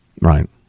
Right